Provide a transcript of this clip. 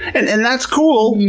and and that's cool,